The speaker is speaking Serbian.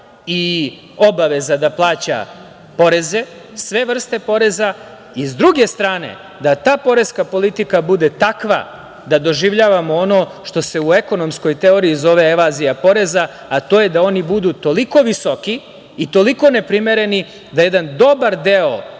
i obaveza da plaća poreze, sve vrste poreza i s druge strane, da ta poreska politika bude takva da doživljavamo ono što se u ekonomskoj teoriji zove evazija poreza, a to je da oni budu toliko visoki i toliko neprimereni, da jedan dobar deo